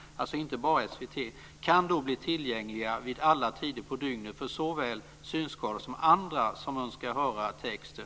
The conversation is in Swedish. - alltså inte bara SVT - kan då bli tillgängliga vid alla tider på dygnet för såväl synskadade som andra som önskar höra texten.